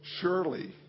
surely